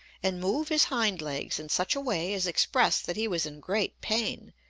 and move his hind legs in such a way as expressed that he was in great pain,